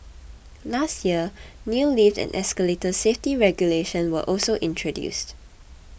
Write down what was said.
last year new lift and escalator safety regulation were also introduced